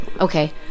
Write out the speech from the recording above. Okay